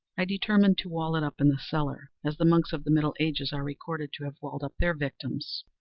i determined to wall it up in the cellar as the monks of the middle ages are recorded to have walled up their victims.